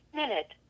minute